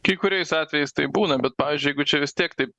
kai kuriais atvejais taip būna bet pavyzdžiui jeigu čia vis tiek taip